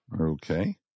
Okay